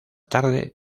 tarde